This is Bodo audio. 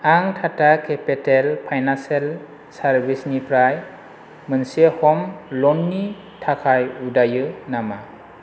आं टाटा केपिटेल फाइनान्सियेल सार्भिसेसनिफ्राय मोनसे ह'म ल'नखौ थाखाय उदायो नामा